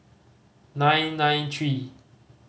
nine nine three